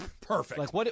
Perfect